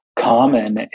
common